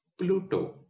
Pluto